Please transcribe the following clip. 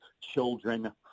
children